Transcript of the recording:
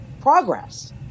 progress